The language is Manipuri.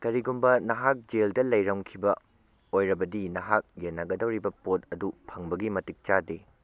ꯀꯔꯤꯒꯨꯝꯕ ꯅꯍꯥꯛ ꯖꯦꯜꯗ ꯂꯩꯔꯝꯈꯤꯕ ꯑꯣꯏꯔꯕꯗꯤ ꯃꯍꯥꯛ ꯌꯦꯟꯅꯒꯗꯧꯔꯤꯕ ꯄꯣꯠ ꯑꯗꯨ ꯐꯪꯕꯒꯤ ꯃꯇꯤꯛ ꯆꯥꯗꯦ